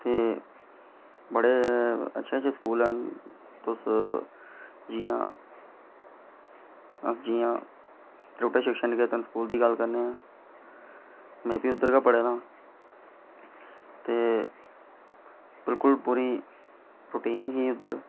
ते बड़े अच्छे अच्छे स्कूल न जियां अस जियां त्रिकुटा निकेतन स्कूल दी गल्ल करने आं में बी उद्धर गै पढ़े दा आं ते बिल्कुल पूरी रोटीन ही उद्धर